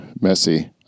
Messy